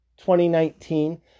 2019